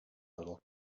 little